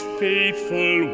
faithful